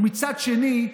ומצד שני,